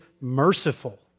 merciful